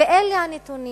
ואלה הנתונים: